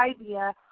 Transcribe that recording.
idea